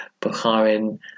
Bukharin